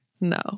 no